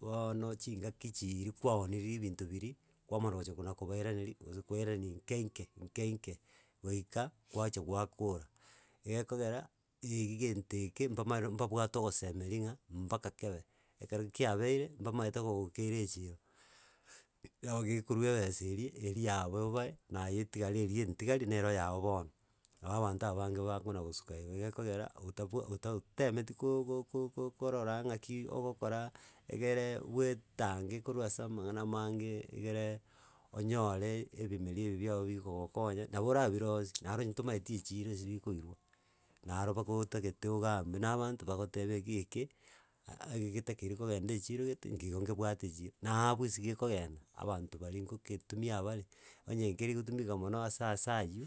boono ching'aki chiiiri kwaonire ebinto biria, kwamana gocha kona kobairaneria gose koirania nke nke, nke nke, goika, gwacha gwakora. Egekogera iga egento eke mbamaro mbabwate ogosemiri ng'a baka kebe, ekero kiabeire mbamaete gogokeira echiro. Nabo gekorwa ebesa eria, eria yabo obae naye etigare eria entigari nero yago bono, nabo abanto abange bakona gosuka igo, egekogera, otabwa otatemeti ko go ko ko korora ng'aki ogokora, egere bwetange korwa ase amang'ana mange egere onyore ebimeri ebi biago bigogokonya, nabo orabirosie naro onye ntomaeti echiro ase bikoirwa, naro baka otagete ogambe na abanto bagotebi iga eke, agi getakeire kogenda echiro gete ngigo ngebwate echiro. Na abwo ase gekogenda, abanto baria ngoketumia bare, onye nkeri gotumika mono asa asa aywo,